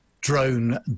drone